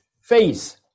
face